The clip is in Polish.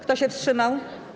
Kto się wstrzymał?